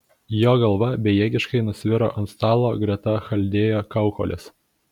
jo galva bejėgiškai nusviro ant stalo greta chaldėjo kaukolės